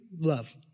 Love